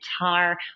guitar